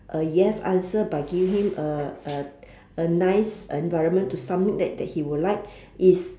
a yes answer by giving him a a a nice environment to something that that he would like is